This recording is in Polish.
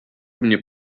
mnie